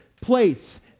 place